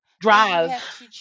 Drive